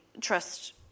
trust